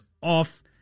off